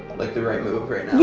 like the right move right